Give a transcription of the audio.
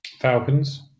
Falcons